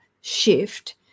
shift